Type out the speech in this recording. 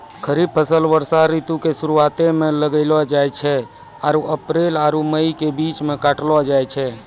खरीफ फसल वर्षा ऋतु के शुरुआते मे लगैलो जाय छै आरु अप्रैल आरु मई के बीच मे काटलो जाय छै